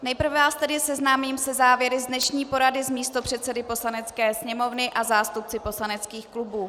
Nejprve vás tedy seznámím se závěry z dnešní porady s místopředsedy Poslanecké sněmovny a zástupci poslaneckých klubů.